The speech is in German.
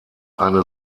eine